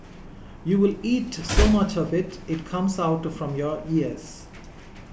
you will eat so much of it it comes out from your ears